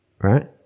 Right